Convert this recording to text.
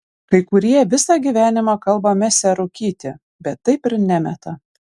kai kurie visą gyvenimą kalba mesią rūkyti bet taip ir nemeta